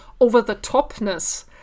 over-the-topness